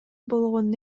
болгонун